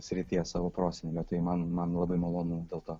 srities savo prosenelio tai man man labai malonu dėl to